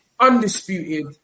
Undisputed